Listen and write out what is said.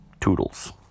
Toodles